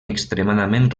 extremadament